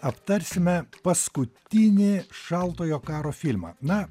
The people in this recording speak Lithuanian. aptarsime paskutinį šaltojo karo filmą na